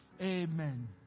Amen